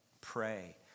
pray